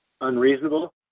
Unreasonable